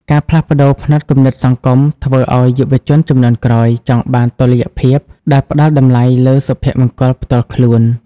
ការផ្លាស់ប្តូរផ្នត់គំនិតសង្គម ធ្វើឱ្យយុវជនជំនាន់ក្រោយចង់បានតុល្យភាពដែលផ្តល់តម្លៃលើសុភមង្គលផ្ទាល់ខ្លួន។